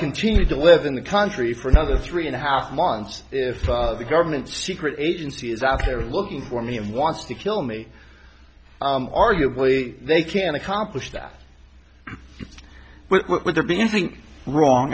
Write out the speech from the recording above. continue to live in the contrie for another three and a half months if the government secret agency is out there looking for me and wants to kill me arguably they can accomplish that would there be anything wrong